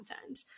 content